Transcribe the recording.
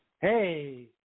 Hey